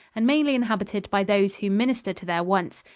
and mainly inhabited by those who minister to their wants.